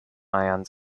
ions